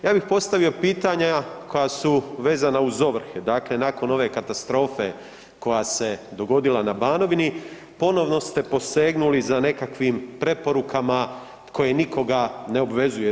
Ja bih postavio pitanja koja su vezana uz ovrhe, dakle nakon ove katastrofe koja se dogodila na Banovini, ponovno ste posegnuli za nekakvim preporukama koje nikoga ne obvezuju.